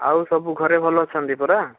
ଆଉ ସବୁ ଘରେ ଭଲ ଅଛନ୍ତି ପରା